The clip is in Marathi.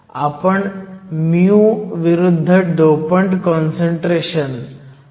आपण लॉगμ विरुद्ध डोपंट काँसंट्रेशन हा आलेख काढुयात